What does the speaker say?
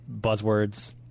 buzzwords